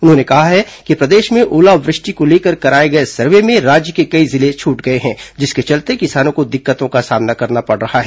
उन्होंने कहा है कि प्रदेश में ओलावृष्टि को लेकर कराए गए सर्वे में राज्य के कई जिले छूट गए हैं जिसके चलते किसानों को दिक्कतों का सामना करना पड़ रहा है